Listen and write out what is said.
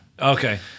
Okay